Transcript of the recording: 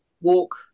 walk